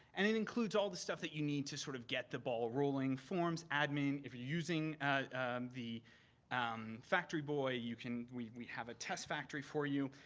and it includes all the stuff that you need to sort of get the ball rolling, forms, admins, if you're using the um factory boy you can, we we have a test factory for you,